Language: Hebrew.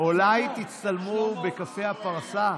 אולי תצטלמו בקפה הפרסה?